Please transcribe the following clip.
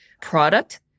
product